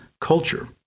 culture